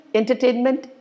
entertainment